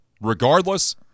Regardless